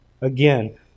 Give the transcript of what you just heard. Again